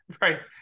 right